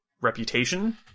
reputation